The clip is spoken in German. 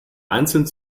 einzelnen